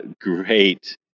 great